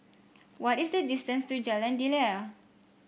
what is the distance to Jalan Daliah